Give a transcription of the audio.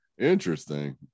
Interesting